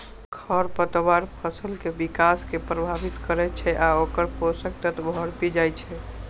खरपतवार फसल के विकास कें प्रभावित करै छै आ ओकर पोषक तत्व हड़पि जाइ छै